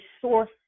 source